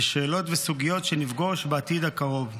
בשאלות וסוגיות שנפגוש בעתיד הקרוב.